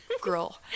Girl